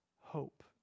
hope